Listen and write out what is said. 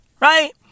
right